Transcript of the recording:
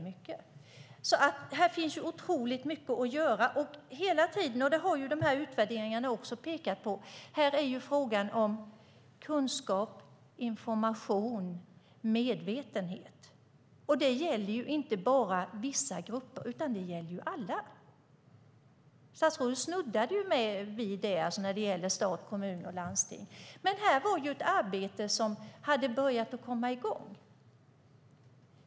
Det finns alltså otroligt mycket att göra. De här utvärderingarna har också pekat på att det är fråga om kunskap, information och medvetenhet. Och det gäller inte bara vissa grupper, utan det gäller alla. Statsrådet snuddade vid det när det gäller stat, kommun och landsting. Här var det ett arbete som hade börjat komma i gång.